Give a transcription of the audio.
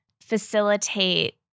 facilitate